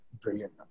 Brilliant